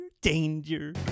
Danger